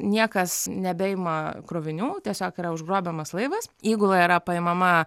niekas nebeima krovinių tiesiog yra užgrobiamas laivas įgula yra paimama